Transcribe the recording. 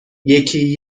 یکی